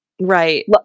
Right